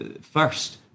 first